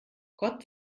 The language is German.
gott